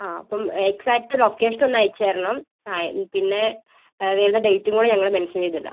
ആ അപ്പം exact location ഒന്ന് അയച്ചുതരണം ആ ഇനി പിന്നെ വരുന്ന ഡേറ്റും കൂടെ ഞങ്ങൾ മെൻഷൻ ചെയ്ത് ഇടാം